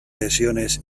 lesiones